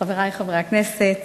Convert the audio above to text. חברי חברי הכנסת,